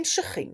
המשכים